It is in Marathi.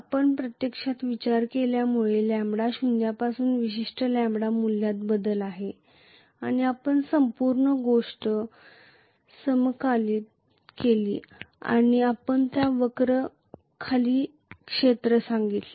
आपण प्रत्यक्षात विचार केल्यामुळे लॅम्बडा शून्यापासून विशिष्ट लॅम्बडा मूल्यात बदलत आहे आणि आपण संपूर्ण गोष्ट समाकलित केली आणि आपण त्या वक्र खाली क्षेत्र सांगितले